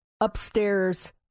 upstairs